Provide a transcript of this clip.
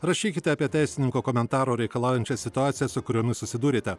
rašykite apie teisininko komentaro reikalaujančią situaciją su kuriomis susidūrėte